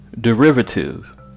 derivative